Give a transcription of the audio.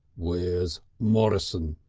where's morrison?